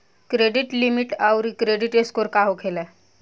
Credit limit आउर credit score का होखेला?